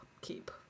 keep